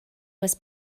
was